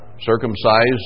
circumcised